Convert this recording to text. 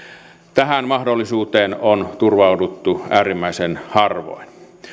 tähän mahdollisuuteen on turvauduttu äärimmäisen harvoin